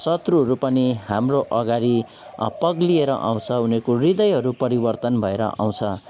शत्रूहरू पनि हाम्रो अगाडि पग्लिएर आउँछ उनीहरूको हृदयहरू परिवर्तन भएर आउँछ